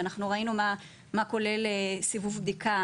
ואנחנו ראינו מה כולל סיבוב בדיקה